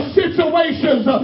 situations